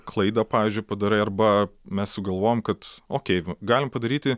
klaidą pavyzdžiui padarai arba mes sugalvojom kad okei galim padaryti